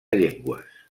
llengües